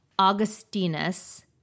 Augustinus